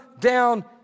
down